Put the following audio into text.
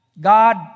God